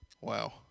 wow